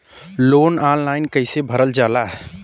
Loan online कइसे भरल जाला?